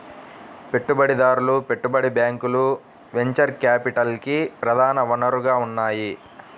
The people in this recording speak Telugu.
పెట్టుబడిదారులు, పెట్టుబడి బ్యాంకులు వెంచర్ క్యాపిటల్కి ప్రధాన వనరుగా ఉన్నాయి